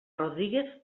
rodríguez